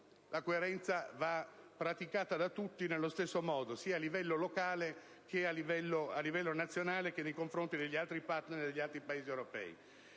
La coerenza va praticata da tutti nello stesso modo, sia a livello locale sia a livello nazionale, che nei confronti degli altri *partner* e degli altri Paesi europei.